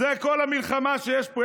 זו כל המלחמה שיש פה.